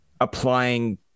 applying